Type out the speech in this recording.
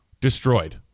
destroyed